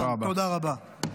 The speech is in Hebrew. תודה רבה.